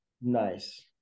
Nice